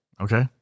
Okay